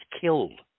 killed